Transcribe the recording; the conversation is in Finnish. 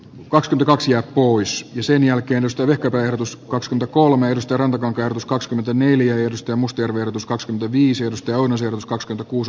kosken kaksia pois ja sen jälkeen ostokyky verotus kaks kolme ylistaron concertos koska mitään yliajosta mustien verotus koskee viisi ostaja on pöytäkirjaan